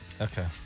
Okay